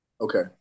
Okay